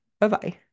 Bye-bye